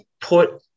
put